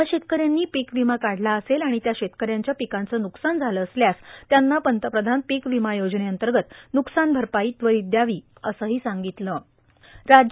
ज्या शेतकऱ्यांनी पीक विमा काढला असेल आणि त्या शेतकऱ्यांच्या पिकांचं नुकसान झालं असल्यास त्यांना पंतप्रधान पिक विमा योजनेअंतर्गत नुकसान भरपाई त्वरीत दद्यावी असं सांगितलं